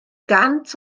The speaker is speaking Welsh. gant